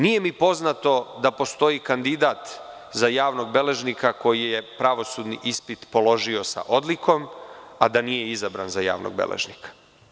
Nije mi poznato da postoji kandidat za javnog beležnika koji je pravosudni ispit položio sa odlikom, a da nije izabran za javnog beležnika.